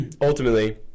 ultimately